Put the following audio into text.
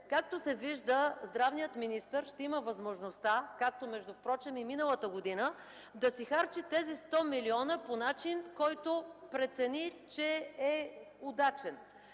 Както се вижда, здравният министър ще има възможността, както впрочем и миналата година, да си харчи тези 100 милиона, по начин, който прецени, че е удачен.